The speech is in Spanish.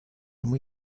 muy